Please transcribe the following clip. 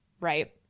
right